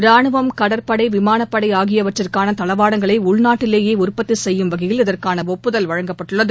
ராணுவம் கடற்படை விமானப்படை ஆகியவற்றிற்கான தளவாடங்களை உள்நாட்டிலேயே உற்பத்தி செய்யும் வகையில் இதற்கான ஒப்புதல் வழங்கப்பட்டுள்ளது